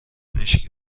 مشکی